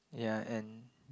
ya and